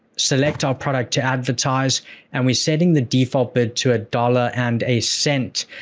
select our product to advertise and we're setting the default bid to a dollar and a cent.